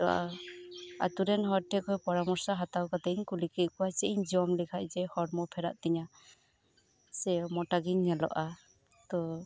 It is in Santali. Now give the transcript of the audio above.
ᱛᱚ ᱟᱹᱛᱩ ᱨᱮᱱ ᱦᱚᱲ ᱴᱷᱮᱱ ᱠᱷᱚᱱ ᱯᱚᱨᱟᱢᱚᱨᱥᱚ ᱦᱟᱛᱟᱣ ᱠᱟᱛᱤᱧ ᱠᱩᱞᱤᱠᱮᱫ ᱠᱚᱣᱟ ᱪᱮᱫ ᱤᱧ ᱡᱚᱢ ᱞᱮᱠᱷᱟᱱ ᱡᱮ ᱦᱚᱲᱢᱚ ᱯᱷᱮᱨᱟᱜ ᱛᱤᱧᱟᱹ ᱥᱮ ᱢᱚᱴᱟ ᱜᱮᱧ ᱧᱮᱞᱚᱜᱼᱟ ᱛᱚ